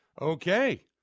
Okay